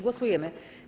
Głosujemy.